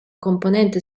componente